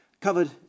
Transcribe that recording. covered